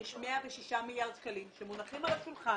יש 106 מיליארד שקלים שמונחים על השולחן